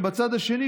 ובצד השני,